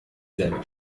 selber